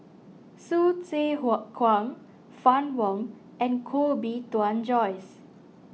Hsu Tse Kwang Fann Wong and Koh Bee Tuan Joyce